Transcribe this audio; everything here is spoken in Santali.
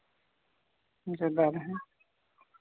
ᱥᱮᱫᱟᱭ ᱨᱮᱦᱚᱸ